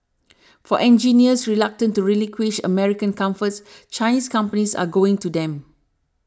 for engineers reluctant to relinquish American comforts Chinese companies are going to them